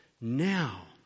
Now